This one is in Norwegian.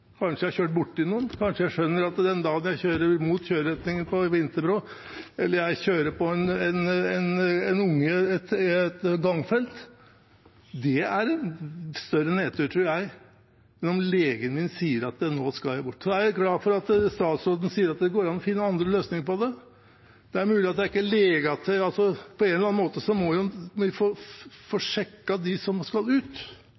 Kanskje jeg har kjørt borti noen? Kanskje jeg skjønner det den dagen jeg kjører mot kjøreretningen på Vinterbro eller kjører på en unge i et gangfelt? Det er en større nedtur, tror jeg, enn om legen din sier at nå skal førerkortet bort. Så er jeg glad for at statsråden sier at det går an å finne andre løsninger på det. Det er mulig at det ikke er legen, men på en eller annen måte må vi jo få sjekket dem som skal ut